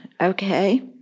okay